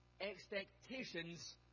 expectations